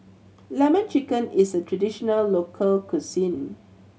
Lemon Chicken is a traditional local cuisine